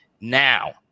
Now